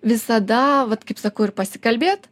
visada vat kaip sakau ir pasikalbėt